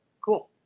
Cool